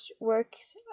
works